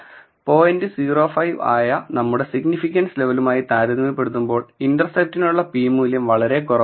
05 ആയ നമ്മുടെ സിഗ്നിഫിക്കൻസ് ലെവലുമായി താരതമ്യപ്പെടുത്തുമ്പോൾ ഇന്റർസെപ്റ്റിനുള്ള p മൂല്യം വളരെ കുറവാണ്